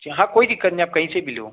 जी हाँ कोई दिक्कत नहीं आप कहीं से भी लो